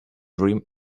dream